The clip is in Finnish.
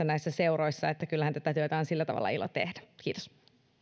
näissä seuroissa että kyllähän tätä työtä on sillä tavalla ilo tehdä kiitos